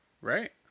Right